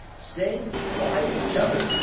staying wide of each other,